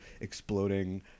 exploding